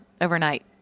overnight